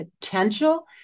potential